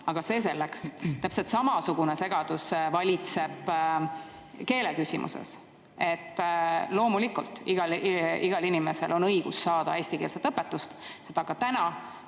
Aga see selleks. Täpselt samasugune segadus valitseb keele küsimuses. Loomulikult, igal inimesel on õigus saada eestikeelset õpetust, seda ka